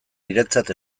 niretzat